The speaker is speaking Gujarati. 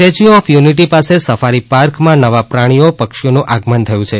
સ્ટેચ્યુ ઓફ યુનિટીની પાસે સફારી પાર્કમાં નવા પ્રાણીઓ પક્ષીઓનું આગમન થયું છે